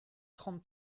trente